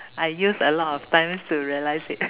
I use a lot of time to realize it